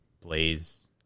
Blaze